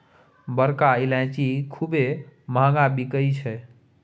बड़का ईलाइची खूबे महँग बिकाई छै